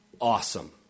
Awesome